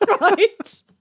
Right